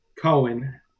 Cohen